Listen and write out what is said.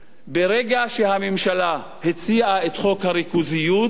ברגע שהממשלה הציעה את חוק הריכוזיות,